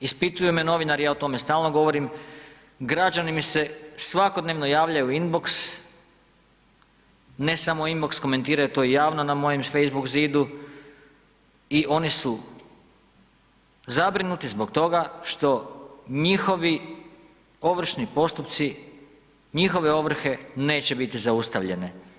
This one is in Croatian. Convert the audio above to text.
Ispituju me novinari, ja o tome stalno govorim, građani mi se svakodnevno javljaju inbox, ne samo u inbox komentiraju to javno na mojem facebook zidu i oni su zabrinuti zbog toga što njihovi ovršni postupci, njihove ovrhe neće biti zaustavljene.